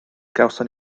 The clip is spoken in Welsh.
gawson